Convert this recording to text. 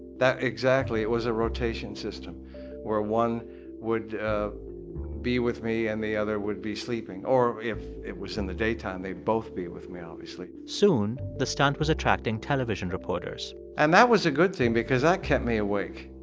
exactly. it was a rotation system where one would be with me and the other would be sleeping. or if it was in the daytime, they'd both be with me, obviously soon, the stunt was attracting television reporters and that was a good thing because that kept me awake.